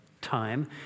time